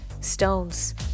stones